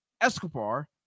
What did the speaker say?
Escobar